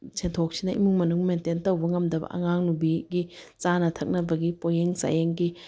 ꯁꯦꯟꯊꯣꯛꯁꯤꯅ ꯏꯃꯨꯡ ꯃꯅꯨꯡ ꯃꯦꯟꯇꯦꯟ ꯇꯧꯕ ꯉꯝꯗꯕ ꯑꯉꯥꯡꯅꯨꯕꯤꯒꯤ ꯆꯥꯅ ꯊꯛꯅꯕꯒꯤ ꯄꯣꯠꯌꯦꯡ ꯆꯥꯌꯦꯡꯒꯤ